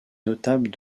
notables